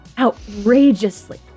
outrageously